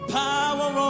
power